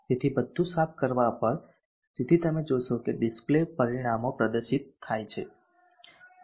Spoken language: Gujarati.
તેથી બધું સાફ કરવા પર જેથી તમે જોશો કે ડિસ્પ્લે પરિણામો પ્રદર્શિત થાય છે